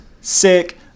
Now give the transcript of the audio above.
sick